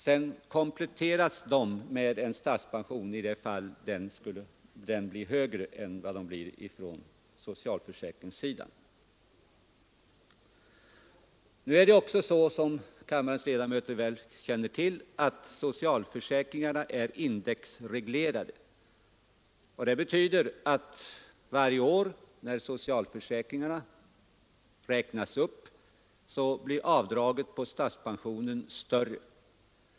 Sedan kompletteras de med en statspension i de fall den blir högre än beloppen från socialförsäkringssidan. Såsom kammarens ledamöter väl känner till är socialförsäkringarna indexreglerade, vilket betyder att varje år, när socialförsäkringarna räknas upp, blir avdraget på statspensionen större.